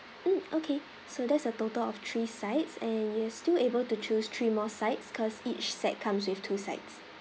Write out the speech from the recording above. mm okay so that's a total of three sides and you're still able to choose three more sides cause each set comes with two sides